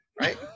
right